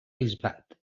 bisbat